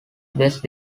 best